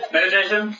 Meditation